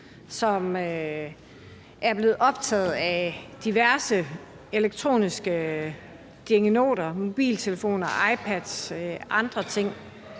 som er blevet optaget af diverse elektroniske dingenoter, mobiltelefoner, iPads og andre ting.